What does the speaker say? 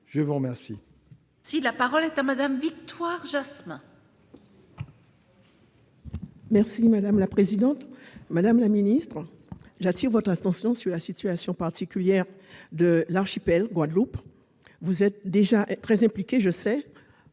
et vous remercie